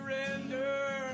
surrender